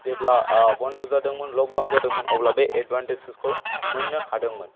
जेब्ला बन्द' जादोंमोन ल'कडाउन जादोंमोन अब्ला बे एडभान्टेजेसखौ मोननो हादोंमोन